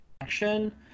action